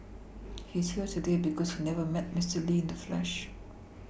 he is here today because he never met Mister Lee in the flesh